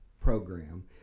Program